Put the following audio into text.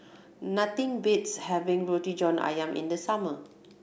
nothing beats having Roti John Ayam in the summer